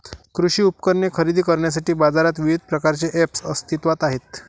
कृषी उपकरणे खरेदी करण्यासाठी बाजारात विविध प्रकारचे ऐप्स अस्तित्त्वात आहेत